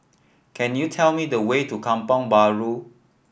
can you tell me the way to Kampong Bahru